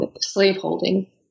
slaveholding